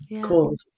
called